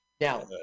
now